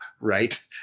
right